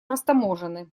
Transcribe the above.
растаможены